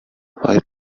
five